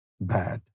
bad